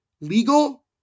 legal